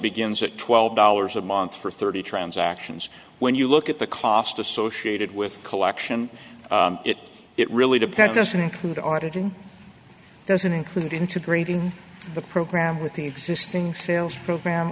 begins at twelve dollars a month for thirty transactions when you look at the cost associated with collection it it really depends doesn't include auditing doesn't include integrating the program with the existing sales program